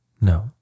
No